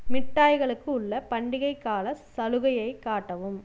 மிட்டாய்களுக்கு உள்ள பண்டிகை கால சலுகையை காட்டவும்